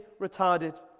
retarded